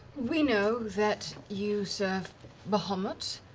we know that you serve bahamut,